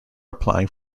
applying